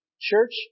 Church